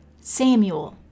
Samuel